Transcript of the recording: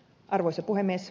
arvoisa puhemies